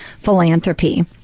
philanthropy